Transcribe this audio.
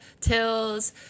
tills